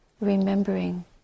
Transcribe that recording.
remembering